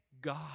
God